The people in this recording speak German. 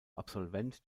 absolvent